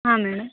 ಹಾಂ ಮೇಡಮ್